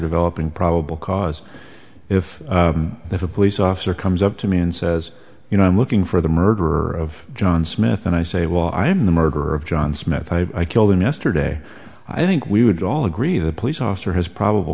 developing probable cause if if a police officer comes up to me and says you know i'm looking for the murderer of john smith and i say well i am the murder of john smith i killed him yesterday i think we would all agree the police officer has probable